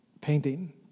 painting